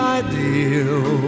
ideal